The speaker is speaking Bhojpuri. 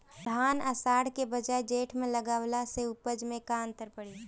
धान आषाढ़ के बजाय जेठ में लगावले से उपज में का अन्तर पड़ी?